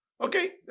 Okay